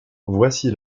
voici